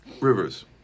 rivers